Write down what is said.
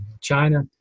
China